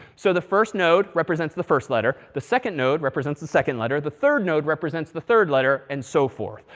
so the first node represents the first letter. the second node represents the second letter. the third node represents the third letter. and so forth.